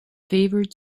favored